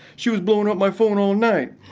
she was blowing up my phone all night.